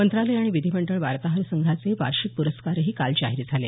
मंत्रालय आणि विधिमंडळ वार्ताहर संघाचे वार्षिक प्रस्कार काल जाहीर झाले